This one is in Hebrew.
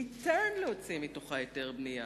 שניתן להוציא מתוכה היתר בנייה.